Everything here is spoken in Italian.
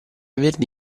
verdi